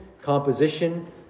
composition